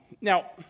Now